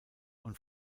und